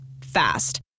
Fast